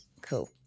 Cool